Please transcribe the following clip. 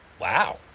Wow